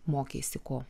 mokeisi ko